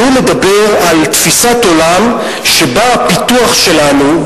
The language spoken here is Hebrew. והוא מדבר על תפיסת עולם שבה פיתוח שלנו,